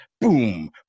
Boom